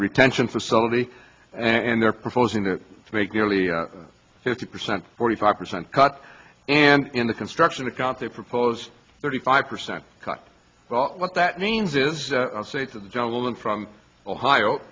retention facility and they're proposing to make nearly fifty percent forty five percent cut and in the construction account they propose thirty five percent cut what that means is say to the gentleman from ohio